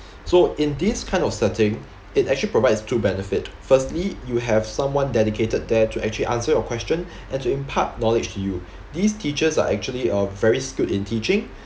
so in this kind of setting it actually provides two benefit firstly you have someone dedicated there to actually answer your question and to impart knowledge to you these teachers are actually uh very skill in teaching